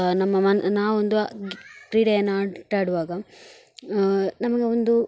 ನಮ್ಮ ಮನ ನಾವೊಂದು ಕ್ರೀಡೆಯನ್ನು ಆಟಾಡುವಾಗ ನಮಗೆ ಒಂದು